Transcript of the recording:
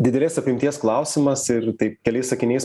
didelės apimties klausimas ir taip keliais sakiniais